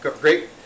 great